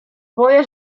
boję